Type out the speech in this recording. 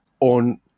On